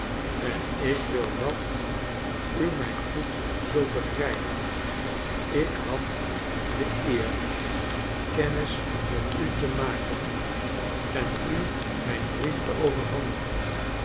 en ik wil dat u mij goed zult begrijpen ik had de eer kennis met u te maken en u mijn briei te overhandigen